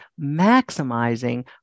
maximizing